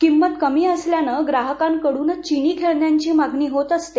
किंमत कमी असल्यानं ग्राहकांकडुनच चीनी खेळण्यांची मागणी होत असते